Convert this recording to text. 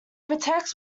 protects